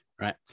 right